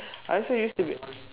I also used to be